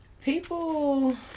people